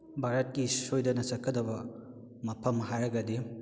ꯚꯥꯔꯠꯀꯤ ꯁꯣꯏꯗꯅ ꯆꯠꯀꯗꯕ ꯃꯐꯝ ꯍꯥꯏꯕꯒꯗꯤ